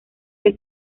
que